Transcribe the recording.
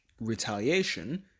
retaliation